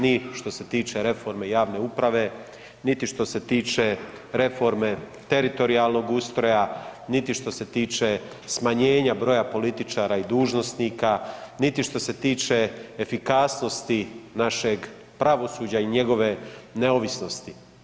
Ni što ste tiče reforme javne uprave, niti što se tiče reforme teritorijalnog ustroja, niti što se tiče smanjenja broja političara i dužnosnik, niti što se tiče efikasnosti našeg pravosuđa i njegove neovisnosti.